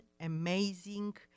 amazing